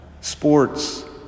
Sports